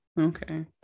okay